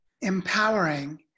empowering